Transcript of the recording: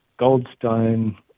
Goldstone